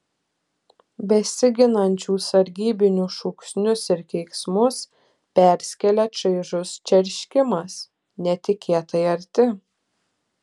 besiginančių sargybinių šūksnius ir keiksmus perskėlė čaižus čerškimas netikėtai arti